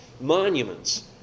Monuments